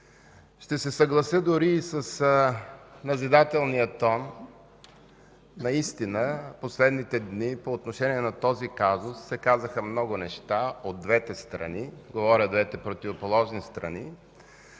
Ще се съглася дори и с назидателния тон. Наистина в последните дни по отношение на този казус се казаха много неща от двете страни, говоря за двете противоположни страни.